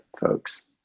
folks